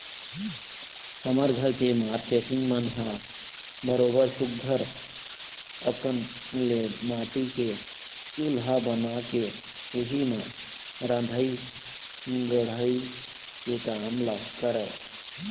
हमर घर के मारकेटिंग मन ह बरोबर सुग्घर अंकन ले माटी के चूल्हा बना के उही म रंधई गड़हई के काम ल करय